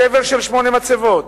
שבר של שמונה מצבות,